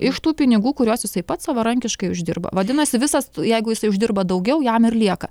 iš tų pinigų kuriuos jisai pats savarankiškai uždirba vadinasi visas jeigu jisai uždirba daugiau jam ir lieka